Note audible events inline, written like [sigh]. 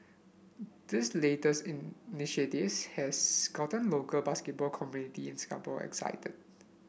this latest [unintelligible] has gotten local basketball community in Singapore excited